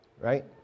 right